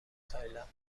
تایلند